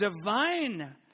divine